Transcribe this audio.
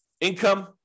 Income